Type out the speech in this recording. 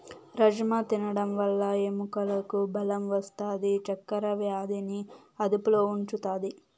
రాజ్మ తినడం వల్ల ఎముకలకు బలం వస్తాది, చక్కర వ్యాధిని అదుపులో ఉంచుతాది